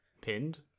pinned